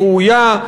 ראויה,